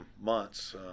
months